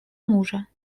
мужа